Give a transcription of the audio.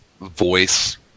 voice